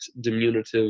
diminutive